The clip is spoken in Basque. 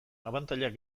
abantailak